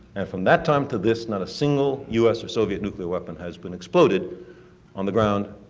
and from that time to this not a single us or soviet nuclear weapon has been exploded on the ground,